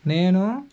నేను